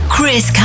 Chris